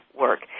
work